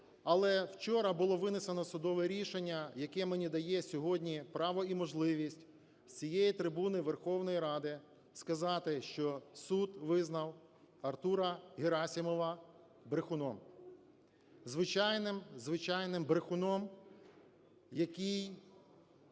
Але вчора було винесено судове рішення, яке мені дає сьогодні право і можливість з цієї трибуни Верховної Ради сказати, що суд визнав Артура Герасимова брехуном. Звичайним-звичайним брехуном, який